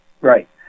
right